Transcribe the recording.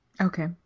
okay